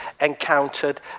encountered